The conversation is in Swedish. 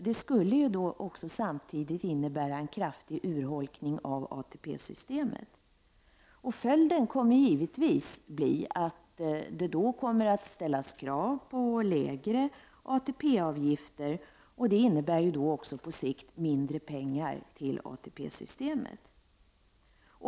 Det skulle innebära en kraftig urholkning av ATP-systemet. Följden kommer givetvis att bli krav på lägre ATP-avgifter. Det innebär på sikt mindre pengar till ATP-systemet.